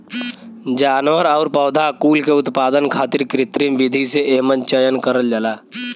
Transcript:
जानवर आउर पौधा कुल के उत्पादन खातिर कृत्रिम विधि से एमन चयन करल जाला